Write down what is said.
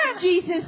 Jesus